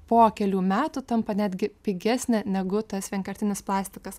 po kelių metų tampa netgi pigesnė negu tas vienkartinis plastikas